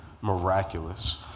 miraculous